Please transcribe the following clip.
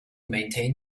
maintain